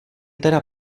teda